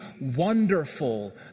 wonderful